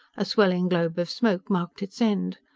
a swelling globe of smoke marked its end.